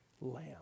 lamb